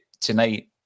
tonight